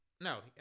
no